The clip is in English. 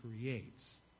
creates